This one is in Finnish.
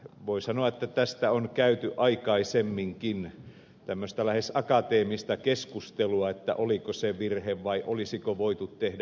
voi sanoa että on käyty aikaisemminkin tämmöistä lähes akateemista keskustelua siitä oliko se virhe vai olisiko voitu tehdä muuta